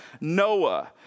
Noah